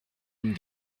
une